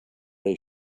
they